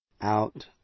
out